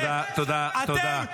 תודה, תודה, תודה.